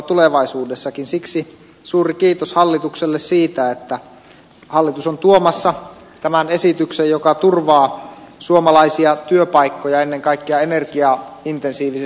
siksi suuri kiitos hallitukselle siitä että hallitus on tuomassa tämän esityksen joka turvaa suomalaisia työpaikkoja ennen kaikkea energiaintensiivisessä teollisuudessa